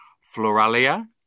Floralia